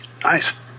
Nice